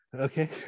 okay